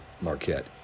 Marquette